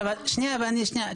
שנייה,